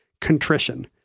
contrition